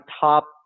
top